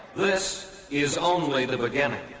this is only the beginning